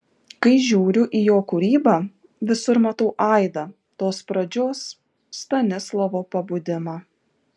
kai žiūriu į jo kūrybą visur matau aidą tos pradžios stanislovo pabudimą